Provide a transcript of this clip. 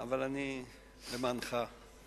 אבל אני, למענך,